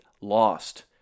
lost